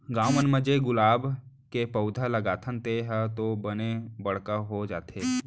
गॉव मन म जेन गुलाब के पउधा लगाथन तेन ह तो बने बड़का हो जाथे